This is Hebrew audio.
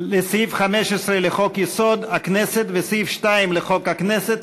לסעיף 15 לחוק-יסוד: הכנסת וסעיף 2 לחוק הכנסת,